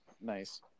Nice